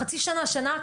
בחצי שנה שנה הקרובה.